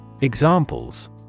Examples